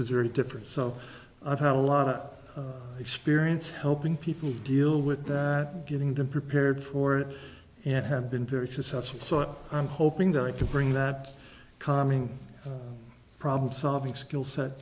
is very different so i've had a lot of experience helping people deal with that getting them prepared for it and have been very successful so i'm hoping that i can bring that calming problem solving skills